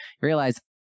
realize